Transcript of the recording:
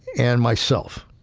and myself.